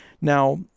Now